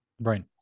right